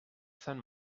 sant